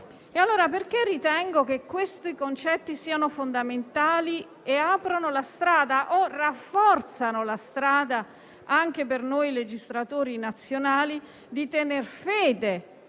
Perché ritengo che questi concetti siano fondamentali e aprano o rafforzino la strada anche per noi legislatori nazionali a tener fede